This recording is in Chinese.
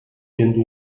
监督